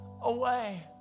away